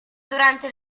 durante